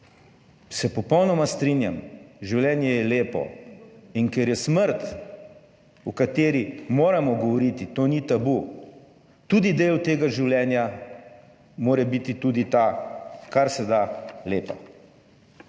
Se popolnoma strinjam. Življenje je lepo in ker je smrt, o kateri moramo govoriti, to ni tabu, tudi del tega življenja, mora biti tudi ta karseda lepa.